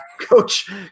Coach